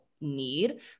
need